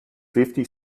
fifty